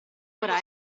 ora